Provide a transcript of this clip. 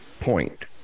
point